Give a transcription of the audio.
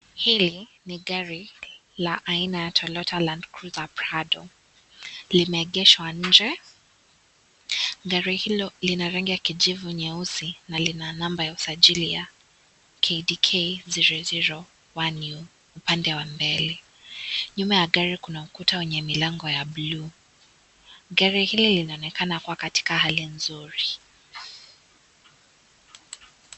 Hili ni gari la aina ya Toyota Land Cruiser Prado. Limeegeshwa nje. Gari hilo lina rangi ya kijivu nyeusi na lina namba ya usajili ya KDK 001 U upande wa mbele. Nyuma ya gari kuna ukuta wenye milango ya blue . Gari hili linaonekana kuwa katika hali nzuri.